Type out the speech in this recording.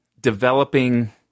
developing